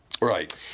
Right